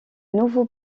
nouveaux